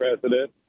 president